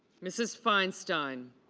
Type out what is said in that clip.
mrs. feinstein